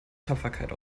tapferkeit